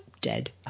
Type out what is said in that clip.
dead